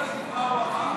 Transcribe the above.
אתה יכול להגיד מה הוא אמר?